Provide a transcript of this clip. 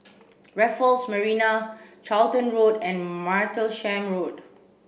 Raffles Marina Charlton Road and Martlesham Road